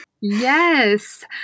Yes